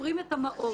סופרים את המעות,